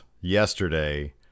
yesterday